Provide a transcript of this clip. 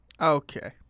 Okay